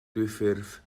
dwyffurf